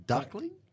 Duckling